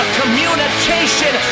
communication